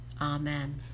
Amen